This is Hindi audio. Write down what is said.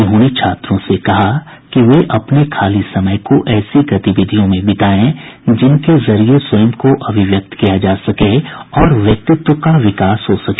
उन्होंने छात्रों से कहा कि वे अपने खाली समय को ऐसी गतिविधियों में बिताएं जिनके जरिए स्वयं को अभिव्यक्त किया जा सके और व्यक्तित्व का विकास हो सके